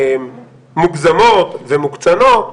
מוגזמות ומוקצנות,